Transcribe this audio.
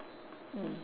mm